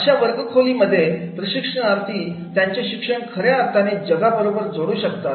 अशा वर्गखोली मध्ये प्रशिक्षणार्थी त्यांचे शिक्षण खऱ्या जगाबरोबर जोडू शकतात